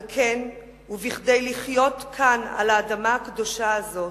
על כן, כדי לחיות כאן על האדמה הקדושה הזאת,